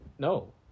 no